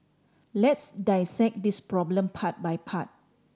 let's dissect this problem part by part